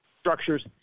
structures